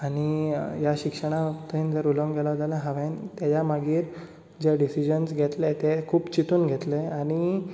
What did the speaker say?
आनी ह्या शिक्षणा बाबतींत जर उलोवंक गेलो जाल्या हांवें तेच्या मागीर जे डिसीजन्स घेतले ते खूब चिंतून घेतले आनी